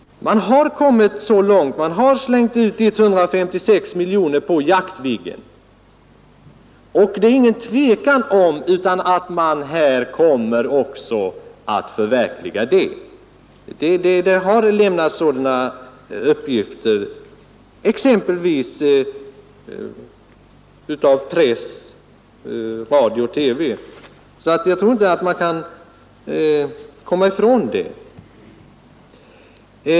Man har redan slängt ut 156 miljoner kronor på Jaktviggen. Det är ingen tvekan om att man kommer att förverkliga också det projektet — sådana uppgifter har lämnats i exempelvis press, radio och TV.